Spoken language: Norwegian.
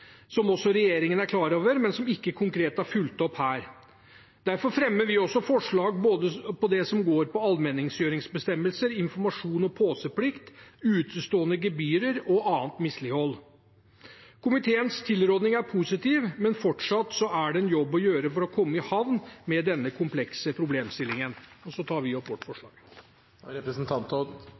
som også regjeringen er klar over, men som ikke konkret er fulgt opp her. Derfor fremmer vi også forslag om det som går på allmenningsgjøring, informasjons- og påseplikt, utestående gebyrer og annet mislighold. Komiteens tilrådning er positiv, men fortsatt er det en jobb å gjøre for å komme i havn med denne komplekse problemstillingen. Jeg tar opp Senterpartiets forslag.